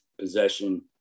possession